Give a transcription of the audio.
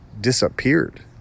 disappeared